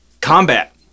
combat